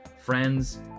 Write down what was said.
friends